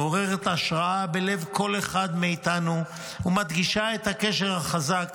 מעוררת השראה בלב של כל אחד מאיתנו ומדגישה את הקשר החזק